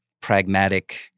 pragmatic